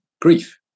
grief